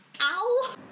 ow